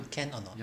can a not